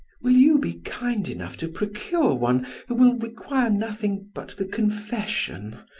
will you be kind enough to procure one who will require nothing but the confession,